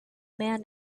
man